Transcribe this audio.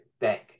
bank